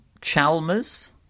Chalmers